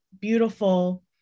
beautiful